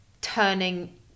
turning